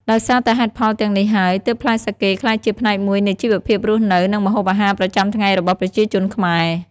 ដោយសារតែហេតុផលទាំងនេះហើយ ទើបផ្លែសាកេក្លាយជាផ្នែកមួយនៃជីវភាពរស់នៅ និងម្ហូបអាហារប្រចាំថ្ងៃរបស់ប្រជាជនខ្មែរ។